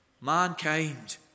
Mankind